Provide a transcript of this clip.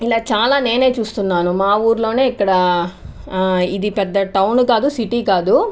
ఇలా చాలా నేనే చూస్తున్నాను మా ఊర్లోనే ఇక్కడ ఇది పెద్ద టౌన్ కాదు సిటీ కాదు